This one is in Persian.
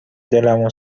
دلمو